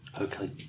Okay